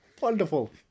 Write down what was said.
wonderful